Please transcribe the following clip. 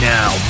Now